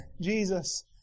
Jesus